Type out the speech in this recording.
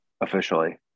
Officially